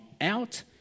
out